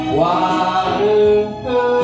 water